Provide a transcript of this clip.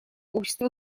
общества